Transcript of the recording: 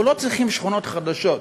אנחנו לא צריכים שכונות חדשות.